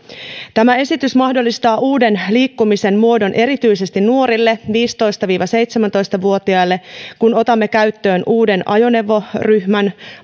tämä esitys mahdollistaa uuden liikkumisen muodon erityisesti nuorille viisitoista viiva seitsemäntoista vuotiaille kun otamme käyttöön uuden ajoneuvoryhmän